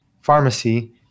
pharmacy